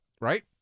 right